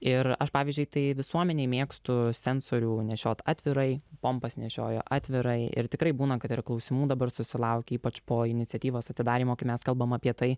ir aš pavyzdžiui tai visuomenėj mėgstu sensorių nešiot atvirai pompas nešioju atvirai ir tikrai būna kad ir klausimų dabar susilauki ypač po iniciatyvos atidarymo kai mes kalbam apie tai